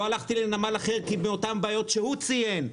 לא הלכתי לנמל אחר בגלל אותן בעיות שהוא ציין.